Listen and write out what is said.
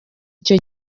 icyo